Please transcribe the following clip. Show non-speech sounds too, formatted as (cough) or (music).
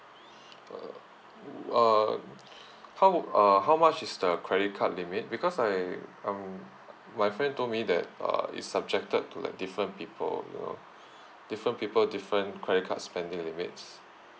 err (noise) uh (noise) how uh how much is the credit card limit because I um my friend told me that uh it's subjected to like different people you know different people different credit card spending limits